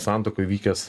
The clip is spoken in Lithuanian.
santakoj vykęs